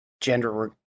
gender